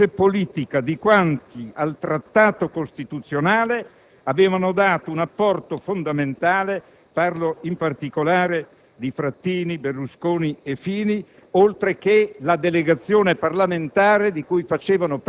Vorrei ricordare un fatto, a questo proposito; spero che il presidente Manzella, che vi ha partecipato, sia convinto di quel che dico. Sono stato negativamente stupito